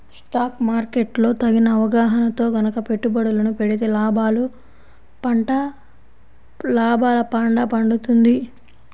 stock market లో తగిన అవగాహనతో గనక పెట్టుబడులను పెడితే లాభాల పండ పండుతుంది